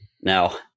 Now